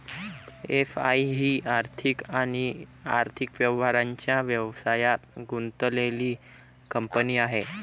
FI ही आर्थिक आणि आर्थिक व्यवहारांच्या व्यवसायात गुंतलेली कंपनी आहे